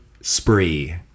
spree